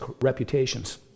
reputations